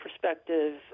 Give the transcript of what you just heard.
perspective